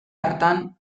hartan